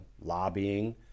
lobbying